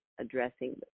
addressing